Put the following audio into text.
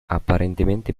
apparentemente